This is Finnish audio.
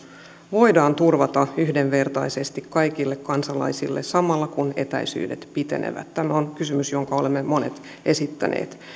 voidaan turvata yhdenvertaisesti kaikille kansalaisille samalla kun etäisyydet pitenevät tämä on kysymys jonka olemme monet esittäneet